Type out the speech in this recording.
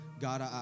God